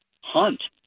hunt